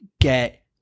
get